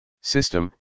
System